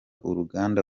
uruganda